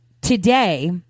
today